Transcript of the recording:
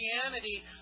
Christianity